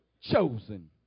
chosen